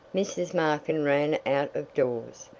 mrs. markin ran out of doors,